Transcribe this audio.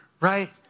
right